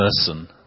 person